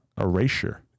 Erasure